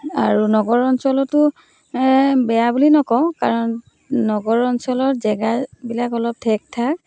আৰু নগৰ অঞ্চলতো বেয়া বুলি নকওঁ কাৰণ নগৰ অঞ্চলৰ জেগাবিলাক অলপ ঠেকঠোক